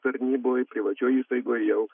tarnyboj privačioj įstaigoj jau